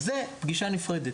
אז זה פגישה נפרדת,